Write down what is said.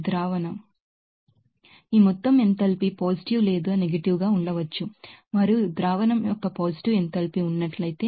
ఇప్పుడు ఈ మొత్తం ఎంథాల్పీ పాజిటివ్ లేదా నెగిటివ్ గా ఉండవచ్చు మరియు ద్రావణం యొక్క పాజిటివ్ ఎంథాల్పీ ఉన్నట్లయితే